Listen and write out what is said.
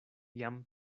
jam